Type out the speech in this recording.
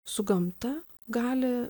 su gamta gali